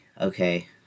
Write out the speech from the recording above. okay